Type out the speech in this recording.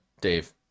Dave